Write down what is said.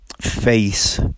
face